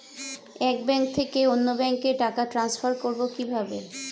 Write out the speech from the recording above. এক ব্যাংক থেকে অন্য ব্যাংকে টাকা ট্রান্সফার করবো কিভাবে?